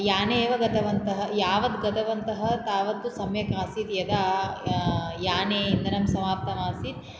याणे एव गतवन्तः यावत् गतवन्तः तावत् तु सम्यक् आसीत् यदा याने इन्धनं समाप्तम् आसीत्